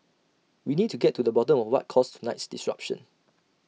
we need to get to the bottom of what caused tonight's disruption